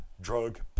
drug